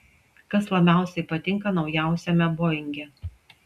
kas labiausiai patinka naujausiame boinge